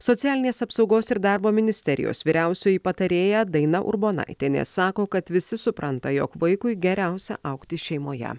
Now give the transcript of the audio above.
socialinės apsaugos ir darbo ministerijos vyriausioji patarėja daina urbonaitienė sako kad visi supranta jog vaikui geriausia augti šeimoje